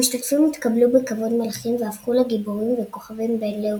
המשתתפים התקבלו בכבוד מלכים והפכו לגיבורים וכוכבים בינלאומיים.